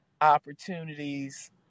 opportunities